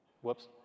Whoops